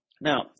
Now